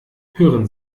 hören